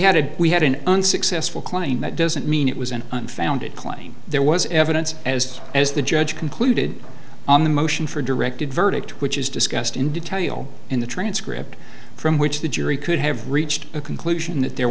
had we had an unsuccessful claim that doesn't mean it was an unfounded claim there was evidence as it is the judge concluded on the motion for directed verdict which is discussed in detail in the transcript from which the jury could have reached a conclusion that there